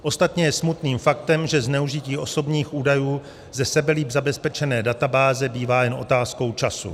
Ostatně je smutným faktem, že zneužití osobních údajů ze sebelépe zabezpečené databáze bývá jen otázkou času.